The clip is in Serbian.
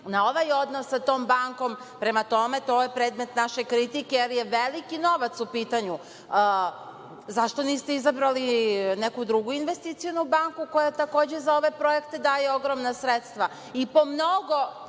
na ovaj odnos sa tom bankom, prema tome, to je predmet naše kritike jer je veliki novac u pitanju. Zašto niste izabrali neku drugu investicionu banku koja takođe za ove projekte daje ogromna sredstva i po mnogo,